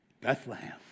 Bethlehem